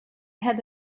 had